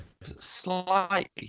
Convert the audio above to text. slightly